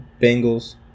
Bengals